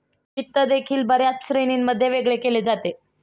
वित्त देखील बर्याच श्रेणींमध्ये वेगळे केले जाते